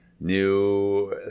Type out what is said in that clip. new